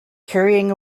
carrying